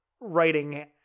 Writing